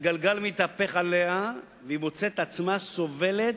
הגלגל מתהפך עליה, והיא מוצאת עצמה סובלת